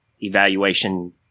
evaluation